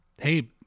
hey